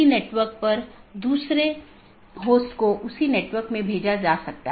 network layer reachability की जानकारी जिसे NLRI के नाम से भी जाना जाता है